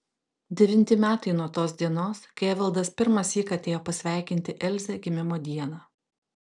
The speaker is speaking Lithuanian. devinti metai nuo tos dienos kai evaldas pirmąsyk atėjo pasveikinti elzę gimimo dieną